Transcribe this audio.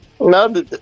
No